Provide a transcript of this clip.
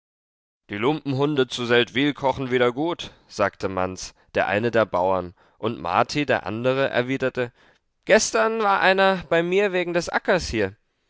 die lumpenhunde zu seldwyl kochen wieder gut sagte manz der eine der bauern und marti der andere erwiderte gestern war einer bei mir wegen des ackers hier